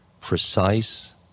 precise